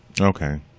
Okay